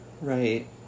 Right